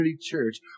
Church